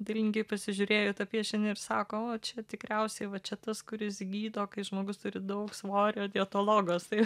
vylingai pasižiūrėjo į tą piešinį ir sako o čia tikriausiai va čia tas kuris gydo kai žmogus turi daug svorio dietologas tai